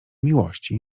miłości